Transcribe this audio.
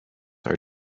are